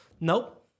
Nope